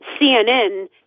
CNN